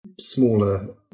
smaller